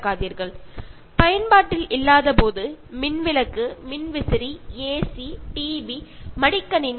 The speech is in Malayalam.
അതുകൊണ്ട് ഇതും പാഴാക്കാതെ അത്യാവശ്യത്തിനു മാത്രം ഉപയോഗിക്കുക